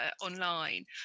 online